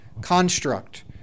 construct